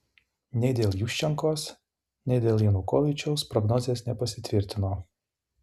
nei dėl juščenkos nei dėl janukovyčiaus prognozės nepasitvirtino